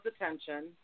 attention